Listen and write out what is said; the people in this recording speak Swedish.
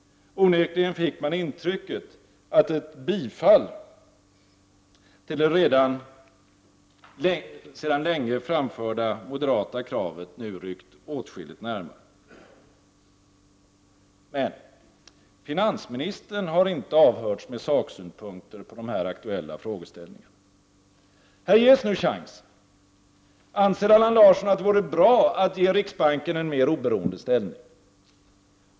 Onekligen fick man intrycket att ett bifall till det sedan länge framförda moderata kravet ryckt åtskilligt närmare. Men finansministern har inte avhörts med saksynpunkter på dessa aktuella frågeställningar. Här ges nu chansen! Anser Allan Larsson att det vore bra att ge riksbanken en mer oberoende ställning?